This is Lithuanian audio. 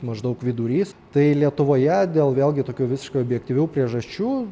maždaug vidurys tai lietuvoje dėl vėlgi tokių visiškai objektyvių priežasčių